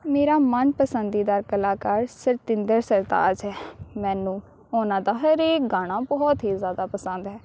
ਮੇਰਾ ਮਨ ਪਸੰਦੀਦਾ ਕਲਾਕਾਰ ਸਤਿੰਦਰ ਸਰਤਾਜ ਹੈ ਮੈਨੂੰ ਉਹਨਾਂ ਦਾ ਹਰੇਕ ਗਾਣਾ ਬਹੁਤ ਹੀ ਜ਼ਿਆਦਾ ਪਸੰਦ ਹੈ